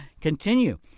Continue